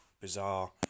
bizarre